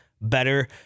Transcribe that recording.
better